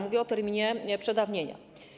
Mówię o terminie przedawnienia.